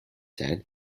head